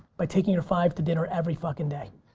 by taking your five to dinner every fuckin' day.